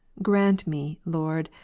grant me. lord,